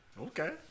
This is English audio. Okay